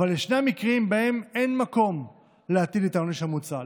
אבל יש מקרים שבהם אין מקום להטיל את העונש המוצע,